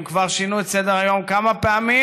הם כבר שינו את סדר-היום כמה פעמים,